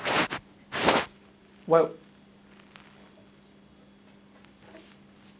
what